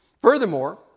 Furthermore